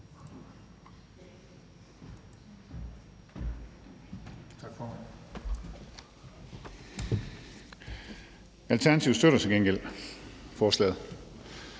Alternativet støtter til gengæld forslaget